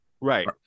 right